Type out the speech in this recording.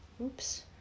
oops